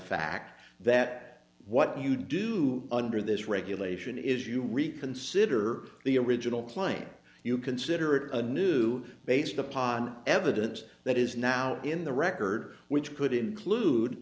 fact that what you do under this regulation is you reconsider the original claim you consider it a new based upon evidence that is now in the records which could include